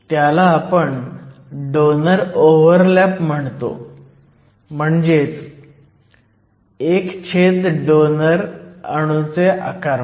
त्याला आपण donor overlap म्हणतात म्हणजेच 1 छेद डोनर अणूचे आकारमान